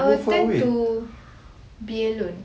I will tend to be alone